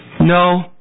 no